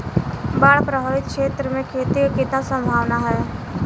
बाढ़ प्रभावित क्षेत्र में खेती क कितना सम्भावना हैं?